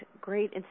great